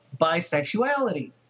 bisexuality